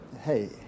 Hey